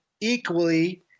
equally –